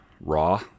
raw